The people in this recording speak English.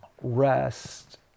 rest